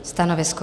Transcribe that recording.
Stanovisko?